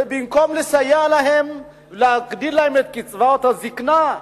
ובמקום לסייע להם, להגדיל להם את קצבאות הזיקנה,